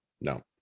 No